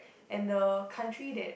and the country that